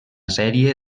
sèrie